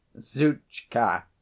zuchka